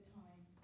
time